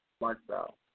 lifestyle